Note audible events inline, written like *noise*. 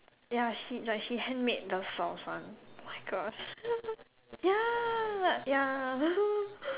ya she like she handmade the sauce one oh my Gosh ya ya *laughs*